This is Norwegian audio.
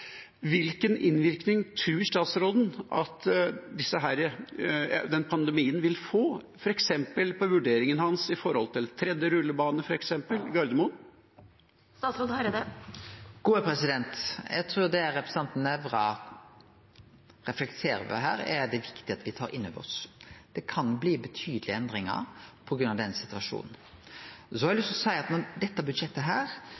Hvilken innvirkning tror statsråden at denne pandemien vil få, f.eks. for vurderingen hans når det gjelder tredje rullebane på Gardermoen? Eg trur det representanten Nævra reflekterer over her, er det viktig at me tar inn over oss. Det kan bli betydelege endringar på grunn av den situasjonen. Så har